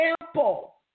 example